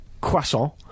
croissant